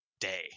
day